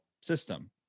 system